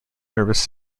nervous